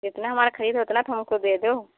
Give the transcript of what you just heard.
जितना हमारा खरीद है उतना तो हमको दे दो